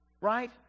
right